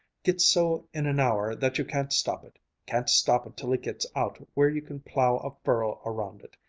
gets so in an hour that you can't stop it can't stop it till it gets out where you can plow a furrow around it.